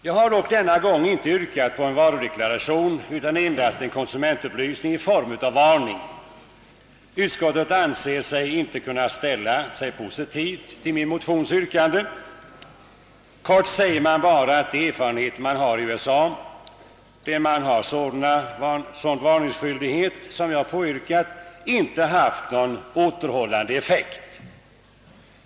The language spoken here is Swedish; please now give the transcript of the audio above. Jag har dock denna gång inte yrkat på en varudeklaration utan endast på en konsumentupplysning i form av en varning. Utskottet anser sig inte kunna biträda detta yrkande. Utskottet säger bara kort att de erfarenheter man har från USA, där sådan varningsskyldighet föreligger, visat att dessa varningar inte haft någon återhållande effekt.